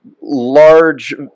large